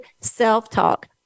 self-talk